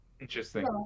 Interesting